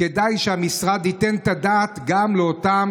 כדאי שהמשרד ייתן את הדעת גם על אותם